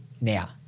now